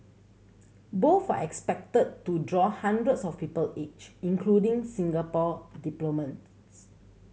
both are expected to draw hundreds of people each including Singapore